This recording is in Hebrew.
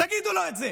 תגידו לו את זה.